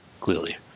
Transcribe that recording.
clearly